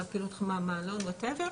להפיל אותך מהמעלון וכדו',